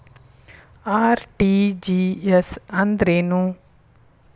RTGS ಅಂದ್ರೇನು?